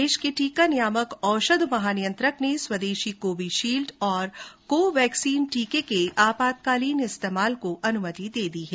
देश के टीका नियामक औषध महानियंत्रक ने स्वदेशी कोविशील्ड और कोवैक्सीन टीके के आपातकालीन इस्तेमाल की अनुमति दे दी है